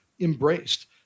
embraced